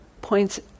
points